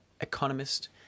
economist